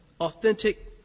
Authentic